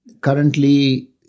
currently